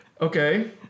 Okay